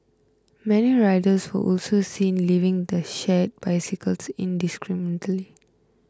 many riders were also seen leaving the shared bicycles indiscriminately